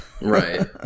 Right